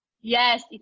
yes